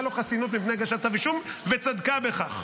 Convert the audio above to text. לו חסינות מפני הגשת כתב אישום וצדקה בכך,